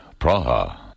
Praha